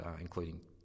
including